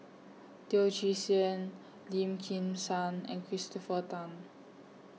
Teo Chee Hean Lim Kim San and Christopher Tan